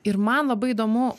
ir man labai įdomu